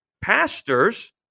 Pastors